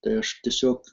tai aš tiesiog